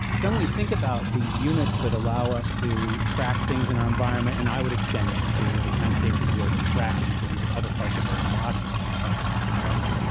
then we think about these units that allow us to track things in our environment, and i would extend this to the kind of cases where we're tracking things in other parts of our own body, or other parts of our own brain,